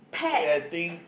okay I think